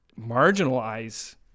marginalize